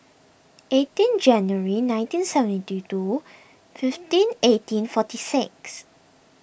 eighteen January nineteen seventy two fifteen eighteen forty six